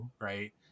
right